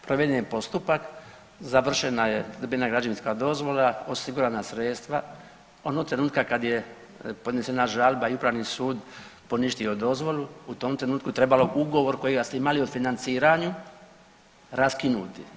Proveden je postupak, završena je, dobivena građevinska dozvola, osigurana sredstva, onoga trenutka kad je podnesena žalba i Upravni sud poništio dozvolu u tom trenutku trebalo ugovor kojega ste imali o financiranju, raskinuti.